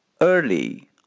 Early